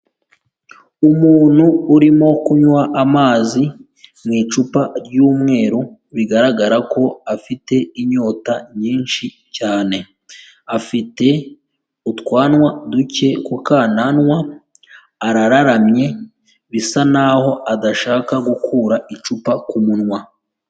Umuntu urimo kunywa amazi mu icupa ry'umweru, bigaragara ko afite inyota nyinshi cyane, afite utwanwa duke kukananwa, arararamye bisa naho adashaka gukura icupa ku munwa.